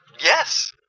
yes